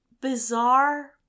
bizarre